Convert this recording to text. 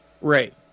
Right